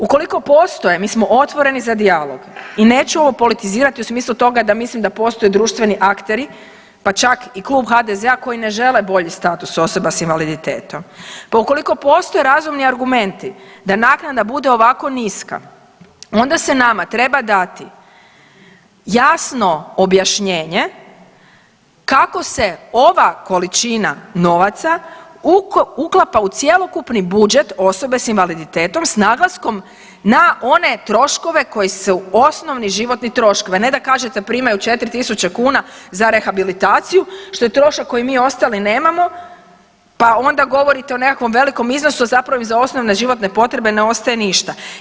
Ukoliko postoje, mi smo otvoreni za dijalog i neću ovo politizirati u smislu toga da mislim da postoje društveni akteri, pa čak i Klub HDZ-a koji ne žele bolji status osoba s invaliditetom pa ukoliko postoje razumni argumenti da naknada bude ovako niska, onda se nama treba dati jasno objašnjenje kako se ova količina novaca uklapa u cjelokupni budžet osobe s invaliditetom s naglaskom na one troškove koji su osnovni životni troškovi, a ne da kažete primaju 4 tisuće kuna za rehabilitaciju, što je trošak koji mi ostali nemamo pa onda govorite o nekakvom velikom iznosu, a zapravo za osnovne životne potrebe ne ostaje ništa.